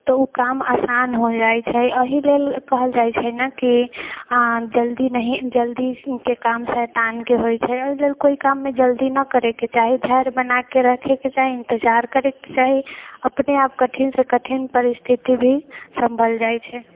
तऽ ओ काम आसान हो जाइत छै एहि लेल कहल जाइत छै ने कि जल्दी नहि जल्दीके काम शैतानके होइत छै एहि लेल कोइ काममे जल्दी नहि करयके चाही धैर्य बनाके रखेके चाही इंतजार करयके चाही अपने आप कठिन से कठिन परिस्थिति भी संभल जाइत छै